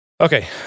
Okay